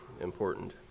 important